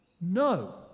no